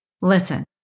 Listen